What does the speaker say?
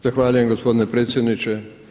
Zahvaljujem gospodine predsjedniče.